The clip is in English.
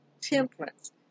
temperance